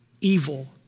evil